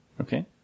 Okay